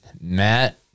Matt